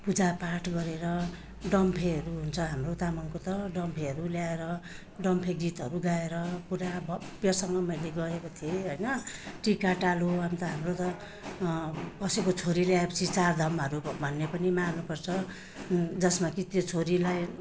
पूजा पाठ गरेर डम्फेहरू हुन्छ हाम्रो तामाङको त डम्फेहरू ल्याएर डम्फे गीतहरू गाएर पुरा भव्यसँग मैले गरेको थिएँ होइन टिकाटालो अन्त हाम्रो त कसैको छोरी ल्याएपछि चारदामहरू भन्ने पनि मर्नु पर्छ जसमा कि त्यो छोरीलाई